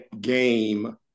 game